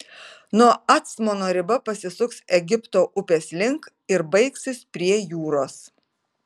nuo acmono riba pasisuks egipto upės link ir baigsis prie jūros